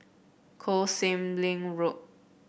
Koh Sek Lim Road